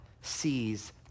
sees